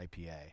IPA